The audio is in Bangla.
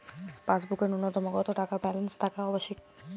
পাসবুকে ন্যুনতম কত টাকা ব্যালেন্স থাকা আবশ্যিক?